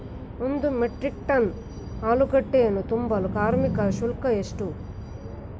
ಒಂದು metric ton ಆಲೂಗೆಡ್ಡೆಯನ್ನು ತುಂಬಲು ಕಾರ್ಮಿಕರ ಶುಲ್ಕ ಎಷ್ಟು?